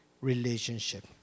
relationship